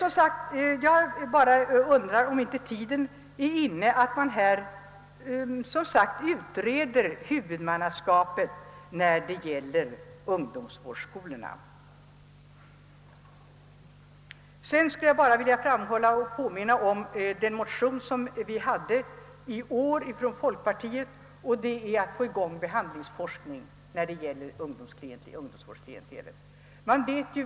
Jag undrar som sagt, om inte tiden är inne att man utreder huvudmannaskapet för ungdomsvårdsskolorna. Jag skulle vidare vilja påminna om den i år väckta folkpartimotionen om att få i gång en behandlingsforskning när det gäller ungdomsvårdsklientelet.